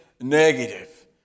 negative